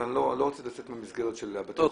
אני לא רוצה להתעסק בזה במסגרת בתי החולים.